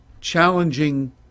challenging